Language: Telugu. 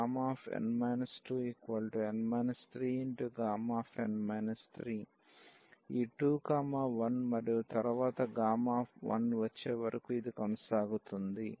ఈ 2 1 మరియు తరువాత Γ వచ్చేవరకు ఇది కొనసాగుతుంది